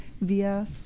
via